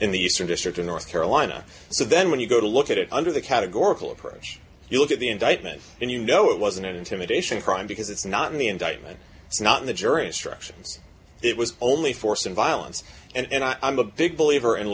in the eastern district of north carolina so then when you go to look at it under the categorical approach you look at the indictment and you know it was an intimidation crime because it's not in the indictment it's not in the jury instructions it was only force and violence and i'm a big believer in